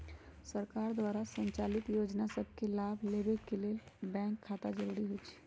सरकार द्वारा संचालित जोजना सभके लाभ लेबेके के लेल बैंक खता जरूरी होइ छइ